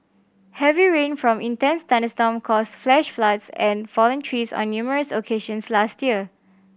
heavy rain from intense thunderstorm caused flash floods and fallen trees on numerous occasions last year